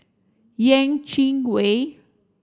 Yeh Chi Wei